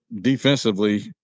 defensively